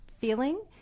feeling